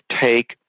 take